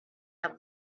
have